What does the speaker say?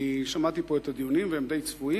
אני שמעתי פה את הדיונים, והם די צפויים.